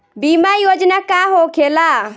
बीमा योजना का होखे ला?